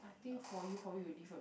I think for you probably will leave a